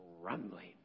Grumbling